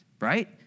right